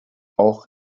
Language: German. auch